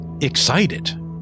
excited